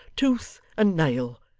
tooth and nail,